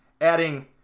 Adding